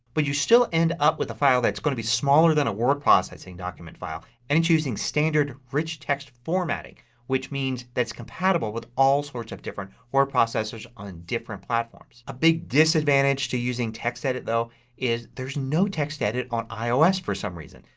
but you still end up with a file that's going to be smaller than a word processing document file and it's using standard rich text formatting which means that's compatible with all sorts of different word processors on a different platform. a big disadvantage to using textedit though is there's no textedit on ios for some reason.